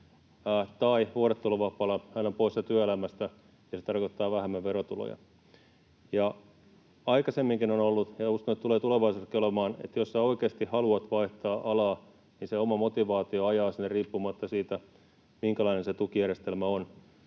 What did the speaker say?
tai vuorotteluvapaalla, hän on poissa työelämästä, ja se tarkoittaa vähemmän verotuloja. Aikaisemminkin on ollut — ja uskon, että tulee tulevaisuudessakin olemaan — että jos oikeasti haluat vaihtaa alaa, niin se oma motivaatio ajaa sinne riippumatta siitä, minkälainen se tukijärjestelmä on.